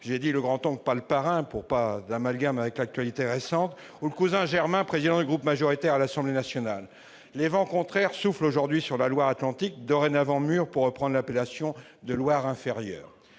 parrain », afin de ne pas créer d'amalgame avec l'actualité récente -ou le cousin germain président du groupe majoritaire à l'Assemblée nationale. Les vents contraires soufflent aujourd'hui sur la Loire-Atlantique, laquelle est dorénavant mûre pour reprendre l'appellation de Loire-Inférieure.